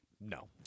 No